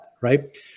right